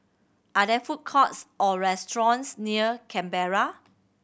are there food courts or restaurants near Canberra